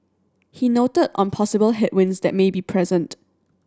he noted on possible headwinds that may be present